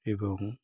ଏବଂ